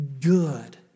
good